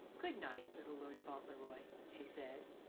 good-night, little lord fauntleroy, she said.